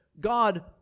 God